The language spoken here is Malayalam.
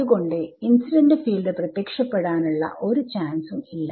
അതുകൊണ്ട് ഇൻസിഡന്റ് ഫീൽഡ് പ്രത്യക്ഷപ്പെടാനുള്ള ഒരു ചാൻസും ഇല്ല